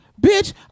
Bitch